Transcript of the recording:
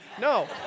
No